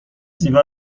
زیبا